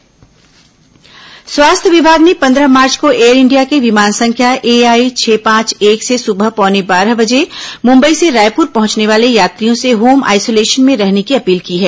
corona appeal स्वास्थ्य विभाग ने पंद्रह मार्च को एयर इंडिया के विमान संख्या एआई छह पांच एक से सुबह पौने बारह बजे मुंबई से रायपुर पहुंचने वाले यात्रियों से होम आईसोलेशन में रहने की अपील की है